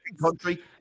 country